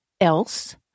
else